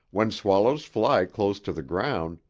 when swallows fly close to the ground,